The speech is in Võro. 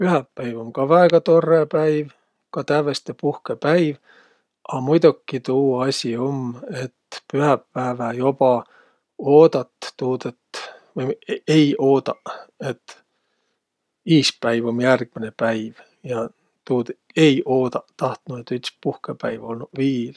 Pühäpäiv um kah väega torrõ päiv. Ka tävveste puhkõpäiv, a muidoki tuu asi um, et pühäpäävä joba oodat tuud et, v- vai ei oodaq, et iispäiv um järgmäne päiv ja tuud ei oodaq. Tahtnuq et üts puhkõpäiv olnuq viil.